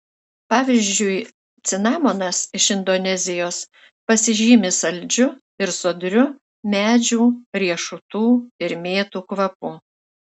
pavyzdžiui cinamonas iš indonezijos pasižymi saldžiu ir sodriu medžių riešutų ir mėtų kvapu